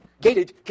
gated